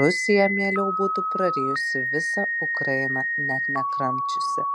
rusija mieliau būtų prarijusi visą ukrainą net nekramčiusi